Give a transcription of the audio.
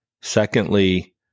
Secondly